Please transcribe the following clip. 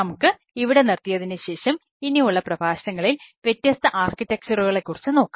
നമുക്ക് ഇവിടെ നിർത്തിയതിനുശേഷം ഇനിയുള്ള പ്രഭാഷണങ്ങളിൽ വ്യത്യസ്ത ആർക്കിടെക്ചറുകളെ കുറിച്ച് നോക്കാം